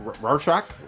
Rorschach